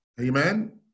amen